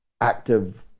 active